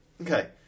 okay